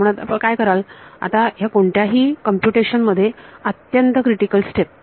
त्यामुळे आपण काय कराल आता या कोणत्याही ही कम्प्युटेशन मध्ये अत्यंत क्रिटिकल स्टेप